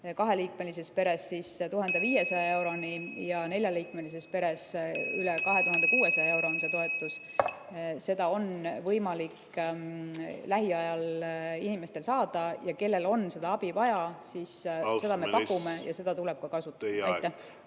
kaheliikmelises peres 1500 euroni ja neljaliikmelises peres 2600 euroni. [Selliste tingimuste korral] on võimalik lähiajal inimestel toetust saada. Ja kellel on seda abi vaja, siis seda me pakume ja seda tuleb ka kasutada. Aitäh,